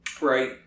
right